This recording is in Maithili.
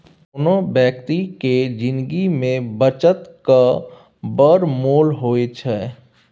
कोनो बेकती केर जिनगी मे बचतक बड़ मोल होइ छै